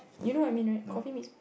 you know what I mean right coffee meets